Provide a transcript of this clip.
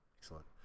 Excellent